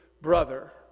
brother